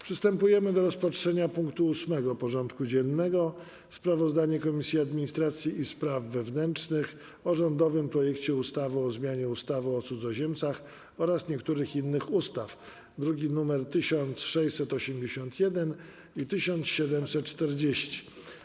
Przystępujemy do rozpatrzenia punktu 8. porządku dziennego: Sprawozdanie Komisji Administracji i Spraw Wewnętrznych o rządowym projekcie ustawy o zmianie ustawy o cudzoziemcach oraz niektórych innych ustaw (druki nr 1681 i 1740)